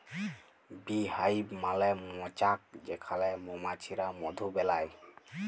bee hive মালে মচাক যেখালে মমাছিরা মধু বেলায়